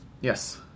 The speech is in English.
Yes